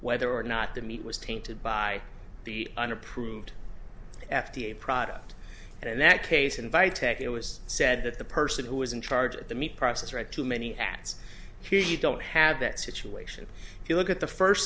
whether or not the meat was tainted by the unapproved f d a product and in that case invite tech it was said that the person who is in charge of the meat process read too many acts here you don't have that situation if you look at the first